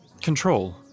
control